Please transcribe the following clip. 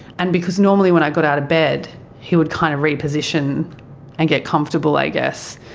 and because normally when i got out of bed he would kind of reposition and get comfortable i guess,